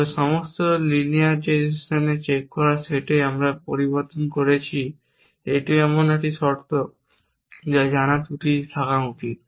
তবে সমস্ত linearisation check করার সেটে আমরা পরিবর্তন করেছি এটিও এমন শর্ত যা জানা ত্রুটি থাকা উচিত